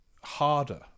harder